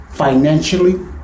Financially